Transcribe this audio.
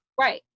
Right